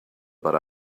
but